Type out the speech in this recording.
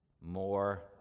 more